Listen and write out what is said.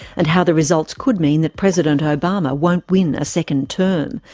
and how the results could mean that president obama won't win a second term,